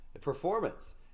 performance